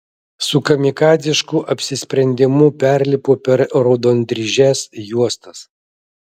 su kamikadzišku apsisprendimu perlipu per raudondryžes juostas